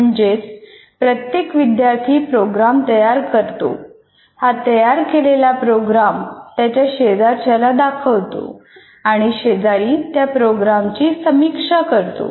म्हणजेच प्रत्येक विद्यार्थी प्रोग्रॅम तयार करतो हा तयार केलेला प्रोग्रॅम त्याच्या शेजाऱ्याला दाखवतो आणि शेजारी त्या प्रोग्रॅमची समीक्षा करतो